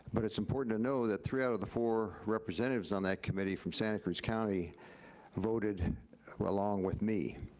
but it's important to know that three out of the four representatives on that committee from santa cruz county voted along with me.